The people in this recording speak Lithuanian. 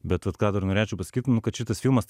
bet vat ką dar norėčiau pasakyt kad šitas filmas